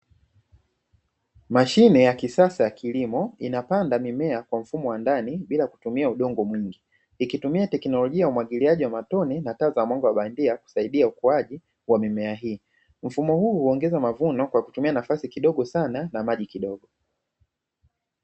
Mashine ya kisasa ya kilimo, inapanda mimea kwa mfumo wa ndani bila kutumia udongo mwingi, ikitumia teknolojia ya umwagiliaji wa matone na taa za mwanga wa bandia kusaidia ukuaji wa mimea hii, mfumo huu uongeza mavuno kwa kutumia nafasi kidogo sana na maji kidogo.